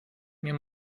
mir